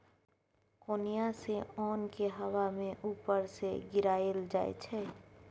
कोनियाँ सँ ओन केँ हबा मे उपर सँ गिराएल जाइ छै